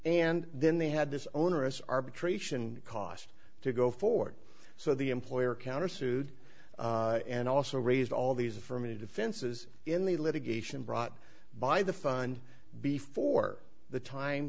and then they had this onerous arbitration cost to go forward so the employer countersued and also raised all these affirmative defenses in the litigation brought by the fund before the time